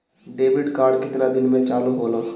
Debit card केतना दिन में चालु होला?